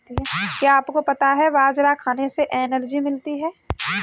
क्या आपको पता है बाजरा खाने से एनर्जी मिलती है?